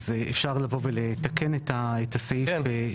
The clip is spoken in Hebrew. אפשר לתקן את הסעיף ולומר,